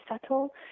subtle